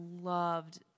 loved